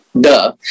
Duh